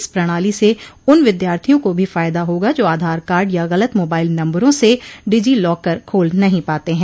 इस प्रणाली से उन विद्यार्थियों को भी फायदा होगा जो आधार कार्ड या गलत मोबाइल नंबरों से डिजी लॉकर खोल नहीं पाते हैं